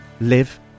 live